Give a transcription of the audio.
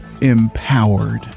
empowered